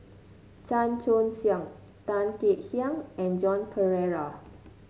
Chan Choy Siong Tan Kek Hiang and Joan Pereira